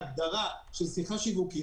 ההגדרה של שיחה שיווקית,